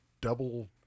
double